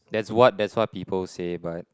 that's what that's what people say but